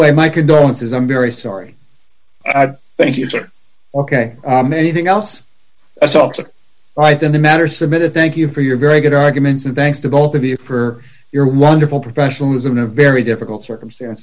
way my condolences i'm very sorry thank you for your k anything else that's also right in the matter submitted thank you for your very good arguments and thanks to both of you for your wonderful professionalism in a very difficult circumstance